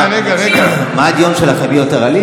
מה הדיון שלכם, מי יותר אלים?